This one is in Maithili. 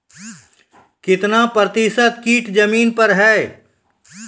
कितना प्रतिसत कीट जमीन पर हैं?